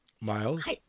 Miles